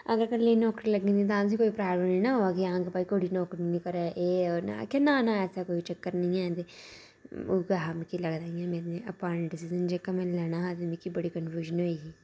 अगर कल्लै नौकरी लग्गी दी तां तुसें कोई प्राब्लम नेईं ना होये कि हां कि भाई कुड़ी नौकरी नि करै एह् ऐ उनें आखेया ना ना ऐसा कोई चक्कर नेईं ऐ ते उयै हा मिकी लगदा इयां मेरा अपना डिसिशन जेह्का मैं लैना हा ते मिकी बड़ी कन्फयूजन होई ही